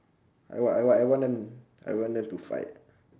I want I want I want them I want them to fight